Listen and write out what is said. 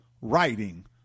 writing